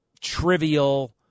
trivial